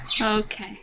Okay